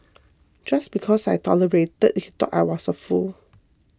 just because I tolerated he thought I was a fool